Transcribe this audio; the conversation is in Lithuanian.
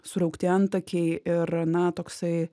suraukti antakiai ir na toksai